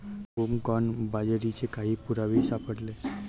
broomcorn बाजरीचे काही पुरावेही सापडले